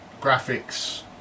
graphics